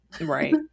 right